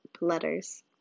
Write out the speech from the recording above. Letters